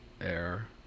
air